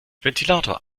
ventilator